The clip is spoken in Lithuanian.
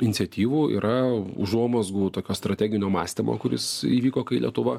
iniciatyvų yra užuomazgų tokio strateginio mąstymo kuris įvyko kai lietuva